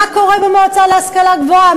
מה קורה במועצה להשכלה גבוהה?